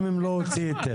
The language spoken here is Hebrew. גם אם לא הוציא היתר.